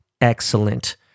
excellent